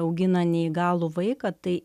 augina neįgalų vaiką tai